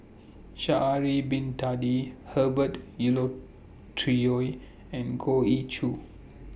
Sha'Ari Bin Tadin Herbert and Goh Ee Choo